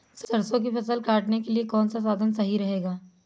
सरसो की फसल काटने के लिए कौन सा साधन सही रहेगा?